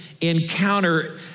encounter